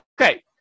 Okay